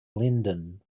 linden